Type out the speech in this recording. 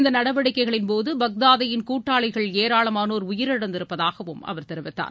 இந்த நடவடிக்கைகளின்போது பாக்தாதியின் கூட்டாளிகள் ஏராளமானோர் உயிரிழந்திருப்பதாகவும் அவர் தெரிவித்தார்